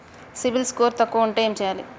CIBIL score తక్కువ ఉంటే ఏం చేయాలి?